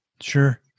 Sure